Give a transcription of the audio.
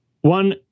one